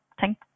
thank